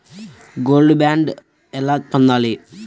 Gold bond ఎలా పొందాలి?